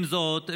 עם זאת,